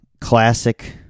classic